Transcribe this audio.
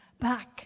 back